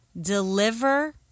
deliver